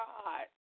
God